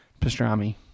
Pastrami